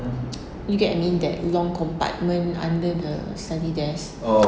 you get I mean that long compartment under the the study desk